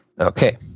Okay